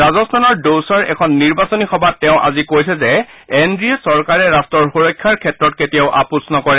ৰাজস্থানৰ দৌচাৰ এখন নিৰ্বাচনী সভাত তেওঁ আজি কৈছে যে এন ডি এ চৰকাৰে ৰট্টৰ সুৰক্ষাৰ ক্ষেত্ৰত কেতিয়াও আপোচ নকৰে